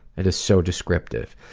that is so descriptive.